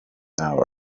hour